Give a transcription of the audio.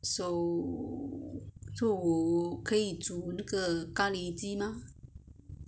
so 中午可以煮那个咖喱鸡吗